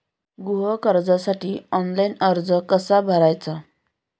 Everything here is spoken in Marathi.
गृह कर्जासाठी ऑनलाइन अर्ज कसा भरायचा?